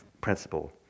principle